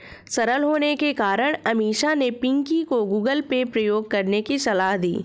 सरल होने के कारण अमीषा ने पिंकी को गूगल पे प्रयोग करने की सलाह दी